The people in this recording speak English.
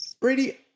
Brady